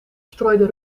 strooide